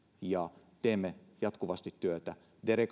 ja teemme jatkuvasti työtä